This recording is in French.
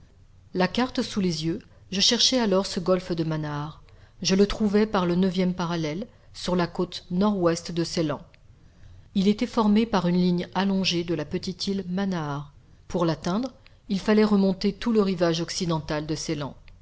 la carte sous les yeux je cherchai alors ce golfe de manaar je le trouvai par le neuvième parallèle sur la côte nord-ouest de ceylan il était formé par une ligne allongée de la petite île manaar pour l'atteindre il fallait remonter tout le rivage occidental de ceylan